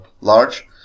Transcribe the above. large